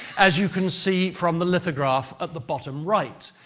as you can see from the lithograph at the bottom right.